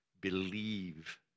believe